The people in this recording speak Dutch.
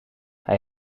hij